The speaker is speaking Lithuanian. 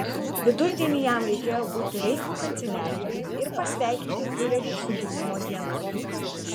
vidurdienį jam reikėjo būti reicho kanceliarijoje ir pasveikinti fiurerį su gimimo diena